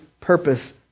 purpose